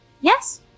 Yes